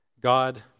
God